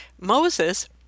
Moses